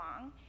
long